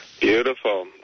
Beautiful